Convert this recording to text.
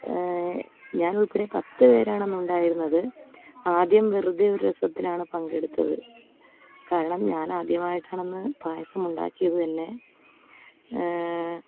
ഞാനുൾപ്പടെ പത്ത് പേരാണ് അന്നുണ്ടായിരുന്നത് ആദ്യം വെറുതെ ഒരു രസത്തിനാണ് പങ്കെടുത്തത് കാരണം ഞാൻ ആദ്യമായിട്ടാണന്ന് പായസമുണ്ടാക്കിയത് തന്നെ